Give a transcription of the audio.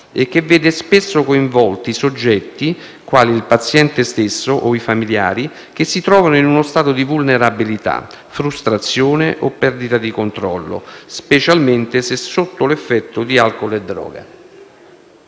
e che vede spesso coinvolti soggetti, quali il paziente stesso o i familiari, che si trovano in uno stato di vulnerabilità, frustrazione o perdita di controllo, specialmente se sotto l'effetto di alcol o droga.